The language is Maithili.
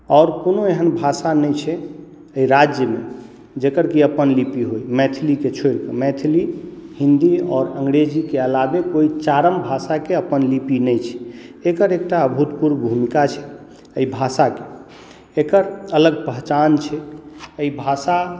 आओर कोनो एहन भाषा नहि छै राज्यमे जकर कि अपन लिपि होइ मैथिलीके छोड़िके मैथिली हिन्दी आओर अंग्रेजीके अलावा कोइ चारिम भाषाके अपन लिपि नहि छै एकर अपन एकटा अभूतपूर्व भूमिका छै एहि भाषाके एकर अलग पहिचान छै एहि भाषा